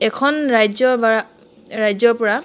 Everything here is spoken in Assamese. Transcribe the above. এখন ৰাজ্যৰ বা ৰাজ্যৰ পৰা